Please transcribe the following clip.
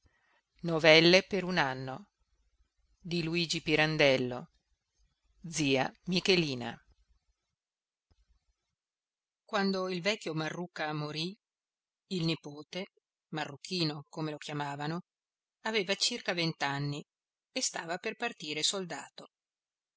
cavaliere mio ora che il treno ha fischiato quando il vecchio marruca morì il nipote marruchino come lo chiamavano aveva circa vent'anni e stava per partire soldato